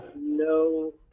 no